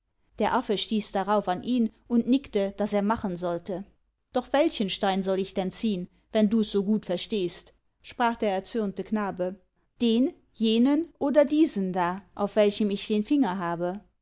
der affe stieß darauf an ihn und nickte daß er machen sollte doch welchen stein soll ich denn ziehn wenn dus so gut verstehst sprach der erzürnte knabe den jenen oder diesen da auf welchem ich den finger habe